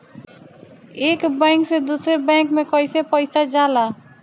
एक बैंक से दूसरे बैंक में कैसे पैसा जाला?